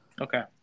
Okay